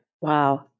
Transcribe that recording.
Wow